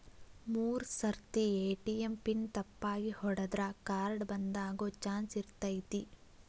ಮೂರ್ ಸರ್ತಿ ATM pin ತಪ್ಪಾಗಿ ಹೊಡದ್ರ ಕಾರ್ಡ್ ಬಂದಾಗೊ ಚಾನ್ಸ್ ಇರ್ತೈತಿ